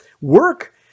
work